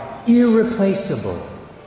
irreplaceable